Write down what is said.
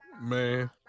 Man